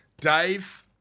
Dave